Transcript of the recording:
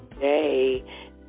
day